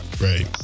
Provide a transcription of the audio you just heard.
right